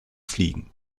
fliegen